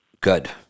Good